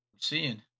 seeing